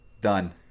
Done